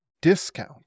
discount